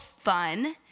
fun